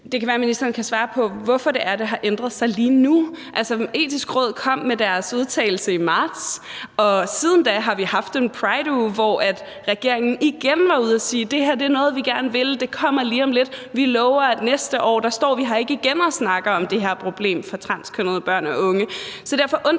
det kan være, ministeren kan svare på det, er, hvorfor det er, at det har ændret sig lige nu. Det Etiske Råd kom med deres udtalelse i marts, og siden da har vi haft en Pride-uge, hvor regeringen igen var ude at sige: Det her er noget, vi gerne vil, det kommer lige om lidt, vi lover, at næste år står vi her ikke igen og snakker om det her problem for transkønnede børn og de unge.